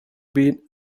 been